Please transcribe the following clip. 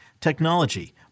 technology